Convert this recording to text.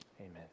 Amen